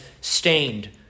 stained